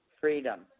Freedom